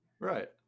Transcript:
Right